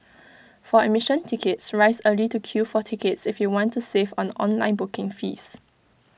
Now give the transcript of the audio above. for admission tickets rise early to queue for tickets if you want to save on online booking fees